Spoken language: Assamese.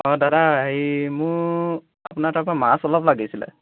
অঁ দাদা হেৰি মোৰ আপোনাৰ তাপা মাছ অলপ লাগিছিলে